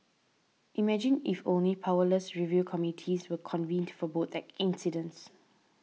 imagine if only powerless review committees were convened for both at incidents